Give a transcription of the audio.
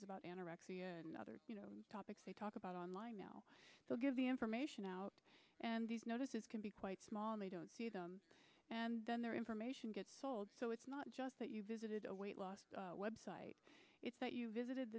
as about anorexia and other topics they talk about online now so give the information out and these notices can be quite small they don't see them and then their information gets old so it's not just that you visited a weight loss website it's that you visited